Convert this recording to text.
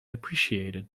appreciated